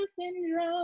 syndrome